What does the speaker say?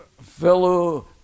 fellow